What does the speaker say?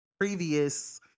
previous